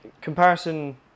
comparison